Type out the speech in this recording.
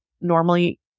normally